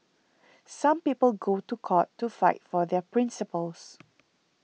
some people go to court to fight for their principles